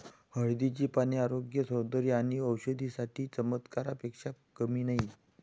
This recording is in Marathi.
हळदीची पाने आरोग्य, सौंदर्य आणि औषधी साठी चमत्कारापेक्षा कमी नाहीत